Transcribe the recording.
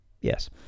yes